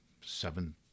seven